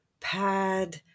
pad